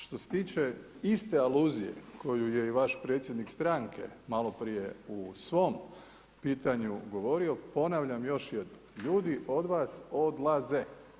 Što se tiče iste aluzije, koju je vaš predsjednik stranke maloprije u svom pitanju govorio, ponavljam još jednom ljudi od vas odlaze.